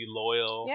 loyal